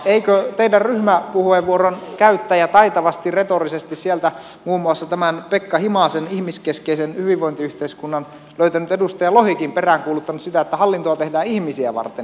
eikö teidän ryhmäpuheenvuoron käyttäjänne taitavasti retorisesti sieltä muun muassa tämän pekka himasen ihmiskeskeisen hyvinvointiyhteiskunnan löytänyt edustaja lohikin peräänkuuluttanut sitä että hallintoa tehdään ihmisiä varten